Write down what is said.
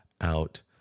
out